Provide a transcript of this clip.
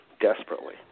Desperately